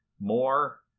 more